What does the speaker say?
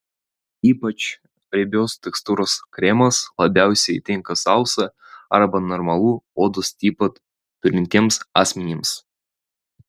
ypač riebios tekstūros kremas labiausiai tinka sausą arba normalų odos tipą turintiems asmenims